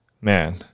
man